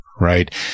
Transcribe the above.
Right